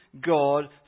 God